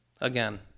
Again